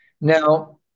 Now